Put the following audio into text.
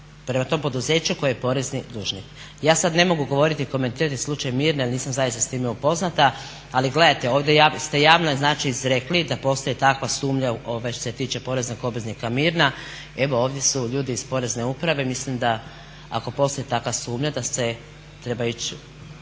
prema tom poduzeću koje je porezni dužnik. Ja sad ne mogu govoriti, komentirati slučaj Mirne jer nisam zaista s time upoznata. Ali gledajte, ovdje ste javno znači izrekli da postoji takva sumnja što se tiče poreznog obveznika Mirna. Evo ovdje su ljudi iz Porezne uprave, mislim da ako postoji takva sumnja da se treba ići,